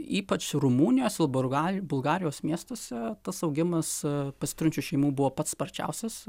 ypač rumunijos uburgal bulgarijos miestuose tas augimas pasiturinčių šeimų buvo pats sparčiausias